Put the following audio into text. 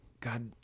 God